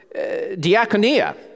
diaconia